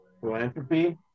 philanthropy